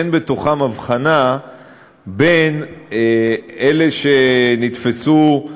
אין בתוכם הבחנה בין אלה שנתפסו